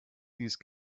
these